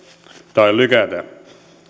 tai lykätä